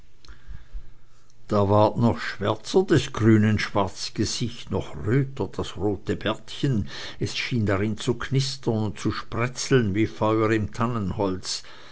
da ward noch schwärzer des grünen schwarz gesicht noch röter das rote bärtchen es schien darin zu knistern und zu spretzeln wie feuer im tannenholz